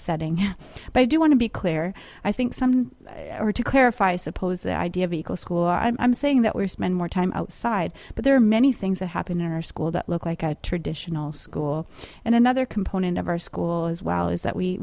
setting but i do want to be clear i think some are to clarify i suppose that idea of equal school i'm saying that we spend more time outside but there are many things that happen in our school that look like a traditional school and another component of our school as well is that we